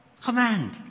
command